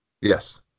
Yes